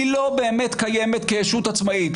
היא לא באמת קיימת כישות עצמאית.